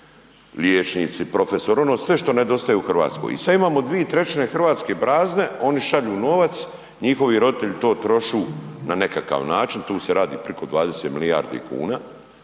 liječnici, profesori ono sve što nedostaje u Hrvatskoj. I sad imamo 2/3 Hrvatske prazne, oni šalju novac, njihovi roditelji to trošu na nekakav način, tu se radi priko 20 milijardi kuna